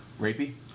Rapey